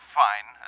fine